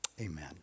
amen